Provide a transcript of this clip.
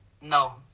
No